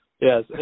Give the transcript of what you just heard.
yes